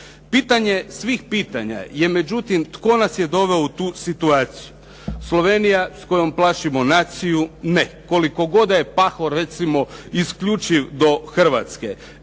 Pitanje, svih pitanja, je međutim tko nas je doveo u tu situaciju? Slovenija s kojom plašimo naciju? Ne. Koliko god da je Pahor recimo isključiv do Hrvatske?